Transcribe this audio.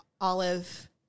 olive